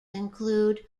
include